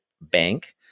bank